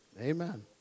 Amen